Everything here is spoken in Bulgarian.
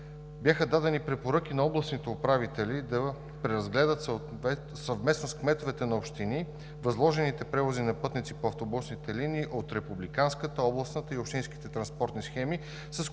бяха дадени препоръки на областните управители да преразгледат съвместно с кметовете на общини възложените превози на пътници по автобусните линии от републиканската, областната и общинските транспортни схеми, с което